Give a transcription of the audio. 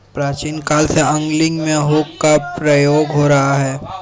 प्राचीन काल से एंगलिंग में हुक का प्रयोग हो रहा है